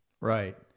Right